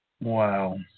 Wow